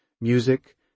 music